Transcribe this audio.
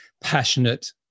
passionate